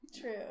True